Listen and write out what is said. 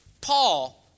Paul